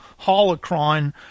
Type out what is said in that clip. holocron